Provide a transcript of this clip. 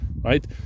right